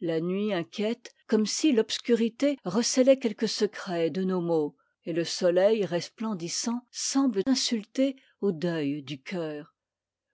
la nuit inquiète comme si l'obscurité recélait quelque secret de nos maux et le soleil resplendissant semble insulter au deuil du cœur